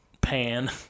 pan